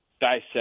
dissect